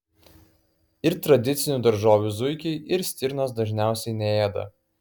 ir tradicinių daržovių zuikiai ir stirnos dažniausiai neėda